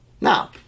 Now